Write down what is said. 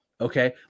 okay